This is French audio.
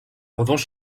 revanche